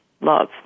love